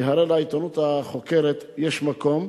כי הרי לעיתונות החוקרת יש מקום,